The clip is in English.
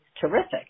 terrific